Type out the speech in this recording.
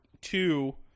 two